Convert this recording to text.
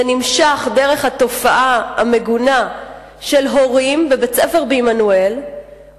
זה נמשך דרך התופעה המגונה של הורים בבית-ספר בעמנואל,